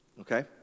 okay